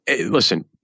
listen